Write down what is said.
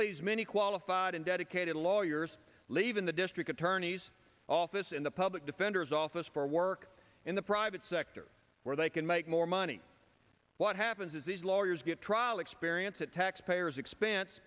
leaves many qualified and dedicated lawyers leaving the district attorney's office in the public defender's office for work in the private sector where they can make more money what happens is these lawyers get trial experience at taxpayers expense